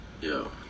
Yo